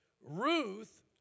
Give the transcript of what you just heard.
Ruth